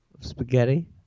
Spaghetti